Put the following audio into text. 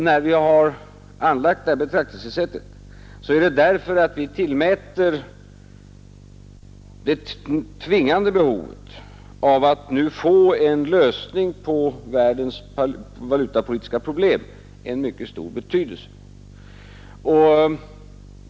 När vi har anlagt det här betraktelsesättet är det för att vi tillmäter det tvingande behovet att få en lösning på världens valutapolitiska problem en mycket stor betydelse.